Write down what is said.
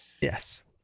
Yes